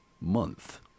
month